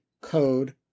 code